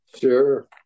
Sure